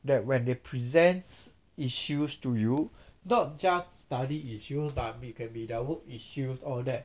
that when they presents issues to you not just study issues lah can be there work issues all that